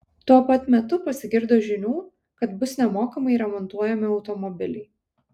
tuo pat metu pasigirdo žinių kad bus nemokamai remontuojami automobiliai